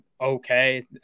okay